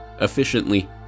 efficiently